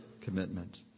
commitment